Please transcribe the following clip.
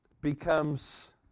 becomes